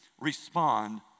respond